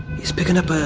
he's picking up ah,